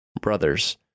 Brothers